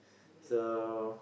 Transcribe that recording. so